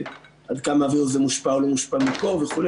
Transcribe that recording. עד כמה הווירוס הזה מושפע או לא מושפע מקור וכו'.